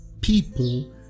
people